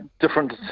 different